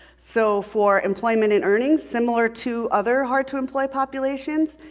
so for employment and earnings, similar to other hard to employ populations,